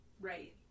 Right